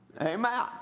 Amen